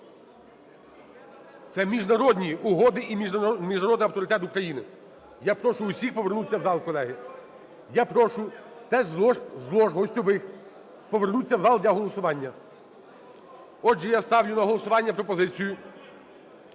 Це міжнародні угоди і міжнародний авторитет України. Я прошу всіх повернутися в зал, колеги. Я прошу теж з лож гостьових повернутися в зал для голосування. Отже, я ставлю на голосування пропозицію